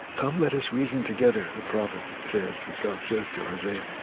come let us reason together, the prophet says, god says to isaiah.